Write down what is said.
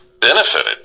benefited